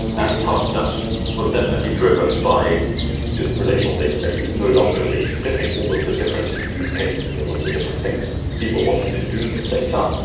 and part of that was definitely driven by just relational databases no longer really fitting all of the different use cases, all of the different things people wanted to do with data.